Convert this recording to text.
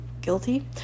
guilty